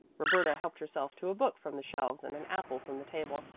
roberta helped herself to a book from the shelves and an apple from the table,